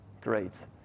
Great